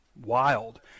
wild